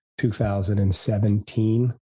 2017